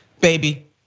Baby